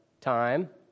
time